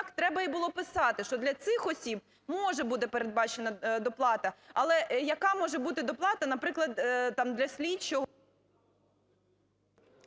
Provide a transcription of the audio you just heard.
треба і було писати, що для цих осіб може буде передбачена доплата. Але яка може бути доплата, наприклад, там для слідчого...